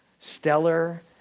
stellar